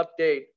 update